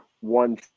one